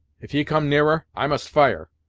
if ye come nearer, i must fire,